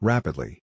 Rapidly